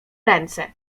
ręce